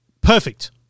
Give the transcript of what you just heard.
perfect